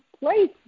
place